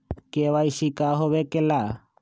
KYC का हो के ला?